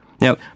Now